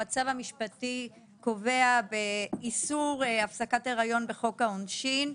המצב המשפטי קובע באיסור הפסקת הריון בחוק העונשין,